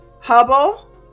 hubble